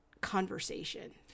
conversation